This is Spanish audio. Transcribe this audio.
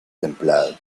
templado